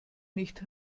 nicht